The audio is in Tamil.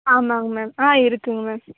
ஆமாங்க மேம் ஆ இருக்குதுங்க மேம்